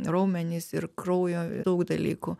raumenys ir kraujo daug dalykų